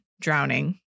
drowning